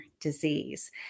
disease